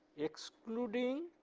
excluding